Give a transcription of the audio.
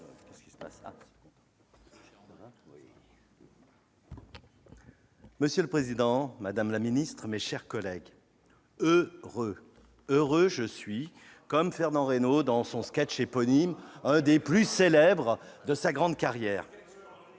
Monsieur le président, madame la ministre, mes chers collègues, heu-reux ! Heureux je suis, comme Fernand Raynaud dans son sketch éponyme, l'un des plus célèbres de sa grande carrière